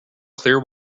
clear